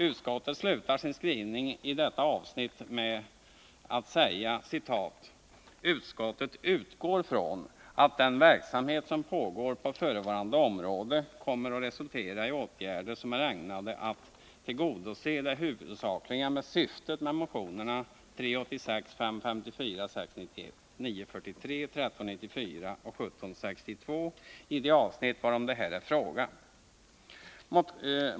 Utskottet slutar i detta avsnitt sin skrivning med följande ord: ”Utskottet utgår från att den verksamhet som pågår på förevarande område kommer att resultera i åtgärder som är ägnade att tillgodose det huvudsakliga syftet med motionerna 386, 554, 691, 943, 1 394 och 1 762 i de avsnitt varom här är fråga.